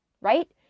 right